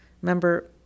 Remember